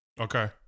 Okay